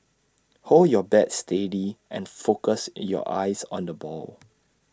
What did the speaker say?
hold your bat steady and focus your eyes on the ball